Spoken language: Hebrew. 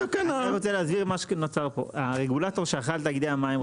מה שאמרה היועצת, צריך לתקן את הרישיון.